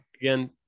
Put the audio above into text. Again